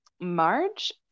Marge